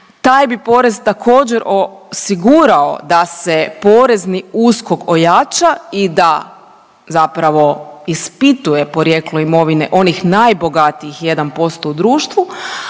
Taj bi porez također osigurao da se porezni USKOK ojača i da zapravo ispituje porijeklo imovine onih najbogatijih 1% u društvu,